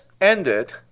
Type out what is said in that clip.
ended